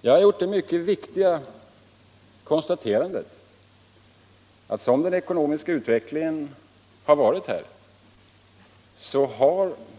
Jag har gjort det mycket viktiga konstaterandet att som den ekonomiska utvecklingen varit har